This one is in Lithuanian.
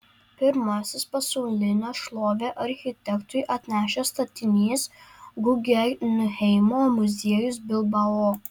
pirmasis pasaulinę šlovę architektui atnešęs statinys guggenheimo muziejus bilbao